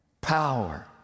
power